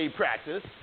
practice